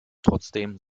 trotzdem